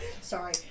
Sorry